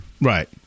Right